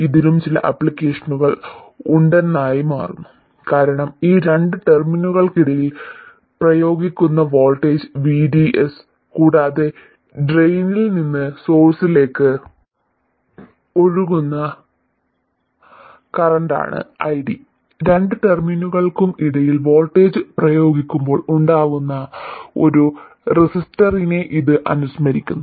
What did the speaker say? ഇതിനും ചില ആപ്ലിക്കേഷനുകൾ ഉണ്ടെന്നായി മാറുന്നു കാരണം ഈ രണ്ട് ടെർമിനലുകൾക്കിടയിൽ പ്രയോഗിക്കുന്ന വോൾട്ടേജാണ് VDS കൂടാതെ ഡ്രെയിനിൽ നിന്ന് സോഴ്സിലേക്ക് ഒഴുകുന്ന കറന്റാണ് ID രണ്ട് ടെർമിനലുകൾക്കും ഇടയിൽ വോൾട്ടേജ് പ്രയോഗിക്കുമ്പോൾ ഉണ്ടാവുന്ന ഒരു റെസിസ്റ്ററിനെ ഇത് അനുസ്മരിപ്പിക്കുന്നു